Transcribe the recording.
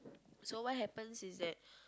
so what happens is that